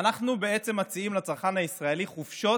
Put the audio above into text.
אנחנו בעצם מציעים לצרכן הישראלי חופשות